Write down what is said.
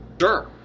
Sure